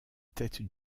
tête